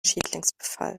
schädlingsbefall